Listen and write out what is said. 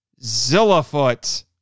zillafoot